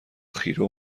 خیره